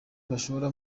gushora